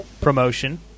promotion